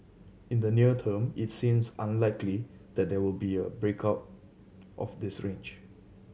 in the near term it seems unlikely that there will be a break out of this range